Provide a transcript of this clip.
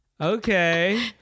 okay